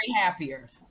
happier